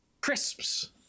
Crisps